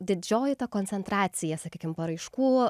didžioji ta koncentracija sakykime paraiškų